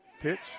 Pitch